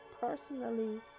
personally